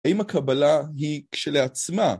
האם הקבלה היא כשלעצמה?